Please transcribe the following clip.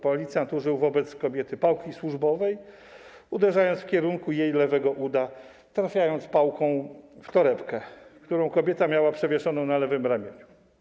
Policjant użył wobec kobiety pałki służbowej, uderzając w kierunku jej lewego uda, trafiając pałką w torebkę, którą kobieta miała przewieszoną na lewym ramieniu.